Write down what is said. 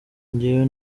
njyewe